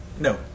no